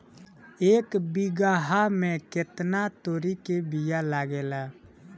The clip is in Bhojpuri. एक बिगहा में केतना तोरी के बिया लागेला?